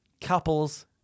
couples